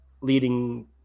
leading